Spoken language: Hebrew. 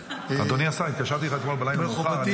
אדוני השר, התקשרתי אליך אתמול בלילה מאוחר.